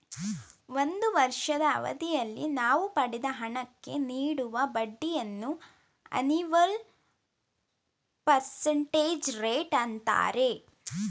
ಒಂದು ವರ್ಷದ ಅವಧಿಯಲ್ಲಿ ನಾವು ಪಡೆದ ಹಣಕ್ಕೆ ನೀಡುವ ಬಡ್ಡಿಯನ್ನು ಅನಿವಲ್ ಪರ್ಸೆಂಟೇಜ್ ರೇಟ್ ಅಂತಾರೆ